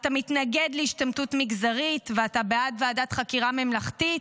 אתה מתנגד להשתמטות מגזרית ואתה בעד ועדת חקירה ממלכתית?